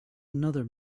another